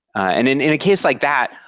and in in a case like that,